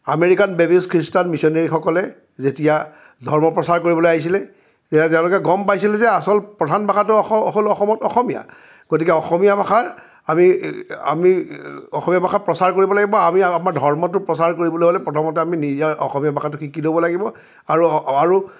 American Baptist খ্ৰীষ্টান মিছনেৰীসকলে যেতিয়া ধৰ্ম প্ৰচাৰ কৰিবলে আহিছিলে তেতিয়া তেওঁলোকে গম পাইছিলে যে আচল প্ৰধান ভাষাটো হ'ল অসমীয়া গতিকে অসমীয়া ভাষাৰ আমি অসমীয়া ভাষা প্ৰচাৰ কৰিব লাগিব আমি আমাৰ ধৰ্মটো প্ৰচাৰ কৰিবলৈ হ'লে প্ৰথমতে আমি নিজে অসমীয়া ভাষাটো শিকি ল'ব লাগিব আৰু আৰু